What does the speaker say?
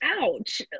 ouch